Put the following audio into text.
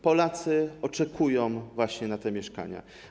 Polacy oczekują właśnie na te mieszkania.